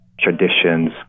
traditions